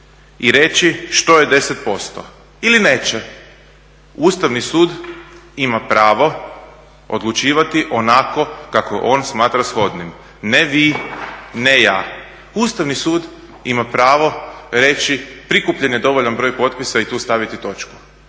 i reći što je 10% ili neće. Ustavni sud ima pravo odlučivati onako kako on smatra shodnim, ne vi, ne ja. Ustavni sud ima pravo reći prikupljen je dovoljan broj potpisa i tu staviti točku,